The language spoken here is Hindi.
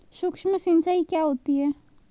सुक्ष्म सिंचाई क्या होती है?